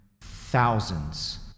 thousands